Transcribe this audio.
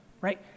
right